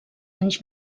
anys